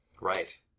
Right